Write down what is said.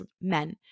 Men